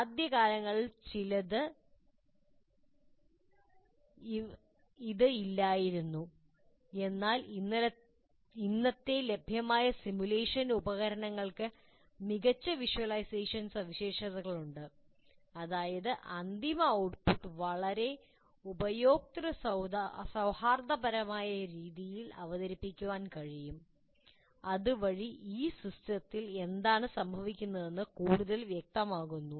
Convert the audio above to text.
ആദ്യകാലങ്ങളിൽ ചിലത് ഇത് ഇല്ലായിരുന്നു എന്നാൽ ഇന്നത്തെ ലഭ്യമായ സിമുലേഷൻ ഉപകരണങ്ങൾക്ക് മികച്ച വിഷ്വലൈസേഷൻ സവിശേഷതകളുണ്ട് അതായത് അന്തിമ ഔട്ട്പുട്ട് വളരെ ഉപയോക്തൃ സൌഹാർദ്ദപരമായ രീതിയിൽ അവതരിപ്പിക്കാൻ കഴിയും അതുവഴി ഈ സിസ്റ്റത്തിൽ എന്താണ് സംഭവിക്കുന്നതെന്ന് കൂടുതൽ വ്യക്തമാക്കുന്നു